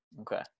Okay